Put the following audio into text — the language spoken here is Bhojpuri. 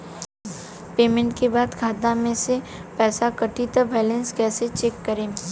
पेमेंट के बाद खाता मे से पैसा कटी त बैलेंस कैसे चेक करेम?